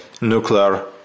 nuclear